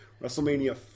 WrestleMania